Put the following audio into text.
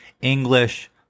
English